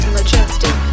Majestic